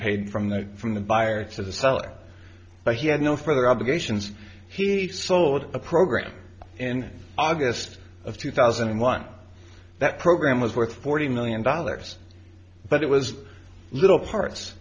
paid from the from the buyer to the seller but he had no further obligations he'd sold a program in august of two thousand and one that program was worth forty million dollars but it was little parts